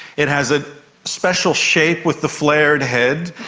it has a special shape with the flared head.